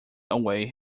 away